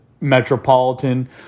Metropolitan